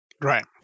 Right